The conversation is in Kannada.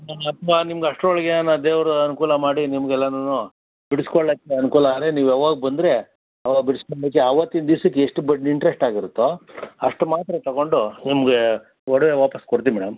ಅಥವಾ ನಿಮ್ಗೆ ಅಷ್ಟ್ರೊಳಗೇನರ ದೇವರು ಅನುಕೂಲ ಮಾಡಿ ನಿಮ್ಗೆಲ್ಲನೂ ಬಿಡ್ಸ್ಕೊಳಕ್ಕೆ ಅನುಕೂಲ ಆದರೆ ನೀವು ಅವಾಗ ಬಂದರೆ ಅವಾಗ ಬಿಡ್ಸ್ಕೊಳಕ್ಕೆ ಆವತ್ತಿನ ದಿಸಕ್ಕೆ ಎಷ್ಟು ಬಡ್ಡಿ ಇಂಟ್ರೆಸ್ಟ್ ಆಗಿರುತ್ತೋ ಅಷ್ಟು ಮಾತ್ರ ತಗೊಂಡು ನಿಮಗೆ ಒಡವೆ ವಾಪಸ್ ಕೊಡ್ತೀವಿ ಮೇಡಮ್